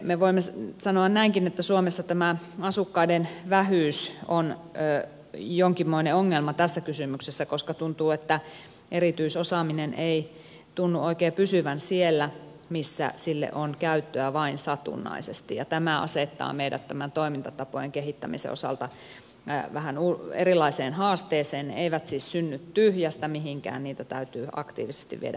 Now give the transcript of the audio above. me voimme sanoa näinkin että suomessa tämä asukkaiden vähyys on jonkinmoinen ongelma tässä kysymyksessä koska tuntuu että erityisosaaminen ei tunnu oikein pysyvän siellä missä sille on käyttöä vain satunnaisesti ja tämä asettaa meidät tämän toimintatapojen kehittämisen osalta vähän erilaiseen haasteeseen ne eivät siis synny tyhjästä mihinkään niitä täytyy aktiivisesti viedä eteenpäin ja saada käyttöön